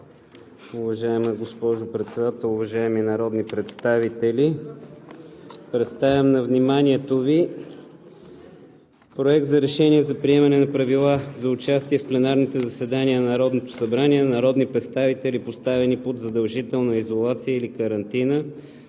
Уважаема госпожо Председател, уважаеми народни представители! Представям на вниманието Ви „Проект! РЕШЕНИЕ за приемане на Проект за решение за приемане на Правила за участие в пленарните заседания на Народното събрание на народни представители, поставени под задължителна изолация или карантина